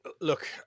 look